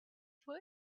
for